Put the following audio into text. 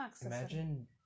Imagine